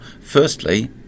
firstly